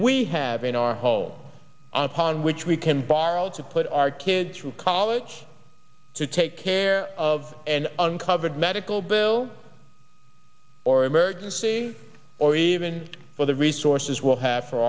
we have in our homes on upon which we can borrow to put our kids through college to take care of an uncovered medical bill or emergency or even for the resources will have for